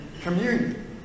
communion